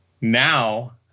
now